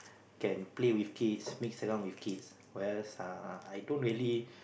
can play with kids mix around with kids whereas uh I don't really